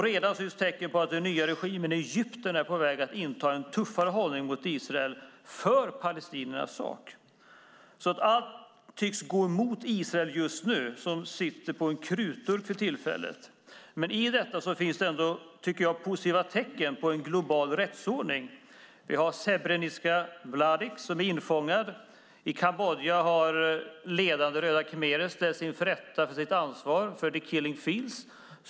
Redan syns tecken på att den nya regimen i Egypten är på väg att inta en tuffare hållning mot Israel för palestiniernas sak. Allt tycks gå emot Israel just nu. Det sitter på en krutdurk för tillfället. I detta finns det ändå positiva tecken på en global rättsordning. Vi har Srebrenica-Mladic som är infångad. I Kambodja har ledande röda khmerer ställts inför rätta och till ansvar för the killing fields.